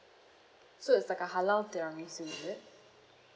so it's like a halal tiramisu is it